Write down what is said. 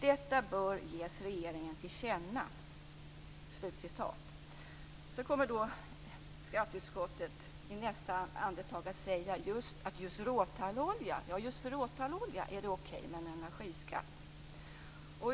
Detta bör ges regeringen till känna." I nästa andetag säger skatteutskottet att just för råtallolja är det okej med en energiskatt.